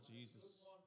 Jesus